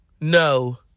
No